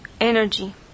energy